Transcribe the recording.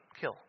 kill